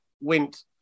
went